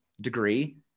degree